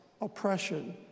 oppression